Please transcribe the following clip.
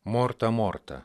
morta morta